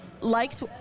liked